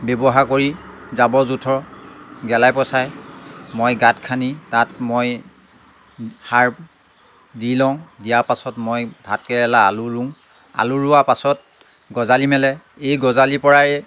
ব্যৱহাৰ কৰি জাবৰ জোঁথৰ গেলাই পঁচাই মই গাঁত খানি তাত মই সাৰ দি লওঁ দিয়াৰ পাছত মই ভাতকেৰেলা আলু ৰুওঁ আলু ৰোৱা পাছত গজালি মেলে এই গজালিৰ পৰাই